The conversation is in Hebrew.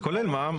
זה כולל מע"מ.